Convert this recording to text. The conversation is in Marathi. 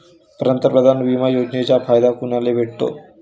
पंतप्रधान बिमा योजनेचा फायदा कुनाले भेटतो?